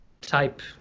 type